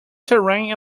terrain